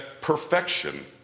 perfection